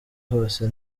hose